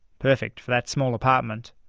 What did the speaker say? perfect for that small apartment,